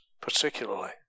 particularly